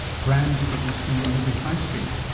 brands that you see on every high street.